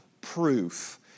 proof